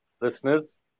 listeners